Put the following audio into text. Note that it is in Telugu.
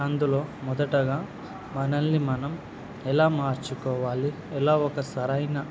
అందులో మొదటగా మనల్ని మనం ఎలా మార్చుకోవాలి ఎలా ఒక సరైన